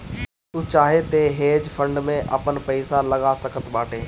तू चाहअ तअ हेज फंड में आपन पईसा लगा सकत बाटअ